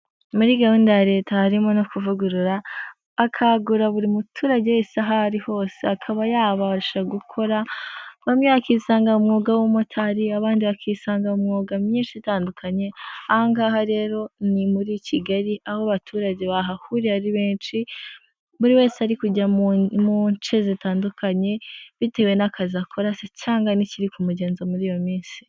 Muri gahunda ya leta harimo no kuvugurura akangura buri muturage i aho ari hose akaba yabasha gukora bamwe akisangamo umwuga w'ubumotari, abandi bakisanga mu myuga myinshi itandukanye, ahangaha rero ni muri Kigali, aho abaturage bahahuriye ari benshi buri wese ari kujya muce zitandukanye bitewe n'akazi akora cyangwa n'ikiri mugenza muri iyo minsi.